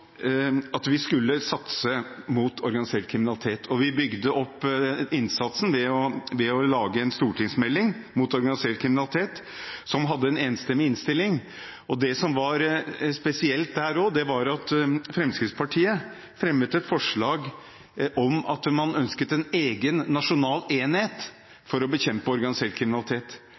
at vi skulle satse mot organisert kriminalitet. Vi bygde opp innsatsen ved å lage en stortingsmelding om organisert kriminalitet, som hadde en enstemmig innstilling. Det som var spesielt her, var at Fremskrittspartiet fremmet et forslag der man ønsket en egen nasjonal enhet for å bekjempe organisert kriminalitet.